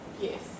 Yes